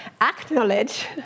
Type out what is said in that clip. acknowledge